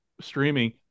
streaming